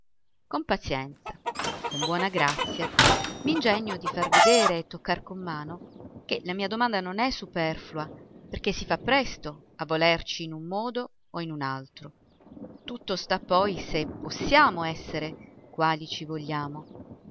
con pazienza con buona grazia m'ingegno di far vedere e toccar con mano che la mia domanda non è superflua perché si fa presto a volerci in un modo o in un altro tutto sta poi se possiamo essere quali ci vogliamo